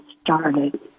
started